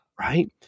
Right